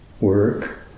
work